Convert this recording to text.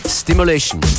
Stimulation